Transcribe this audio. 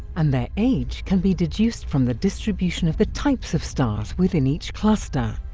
and their age can be deduced from the distribution of the types of stars within each cluster,